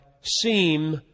seem